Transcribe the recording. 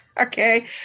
Okay